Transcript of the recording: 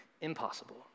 impossible